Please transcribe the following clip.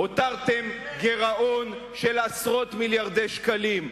הותרתם גירעון של עשרות מיליארדי שקלים.